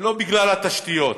ולא בגלל התשתיות